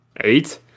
Eight